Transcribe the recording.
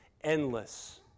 endless